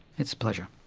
it's a pleasure.